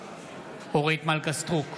אורית מלכה סטרוק,